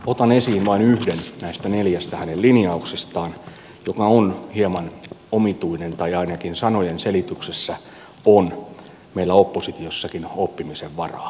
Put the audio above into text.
otan esiin vain yhden näistä hänen neljästä linjauksestaan joka on hieman omituinen tai ainakin sanojen selityksessä on meillä oppositiossakin oppimisen varaa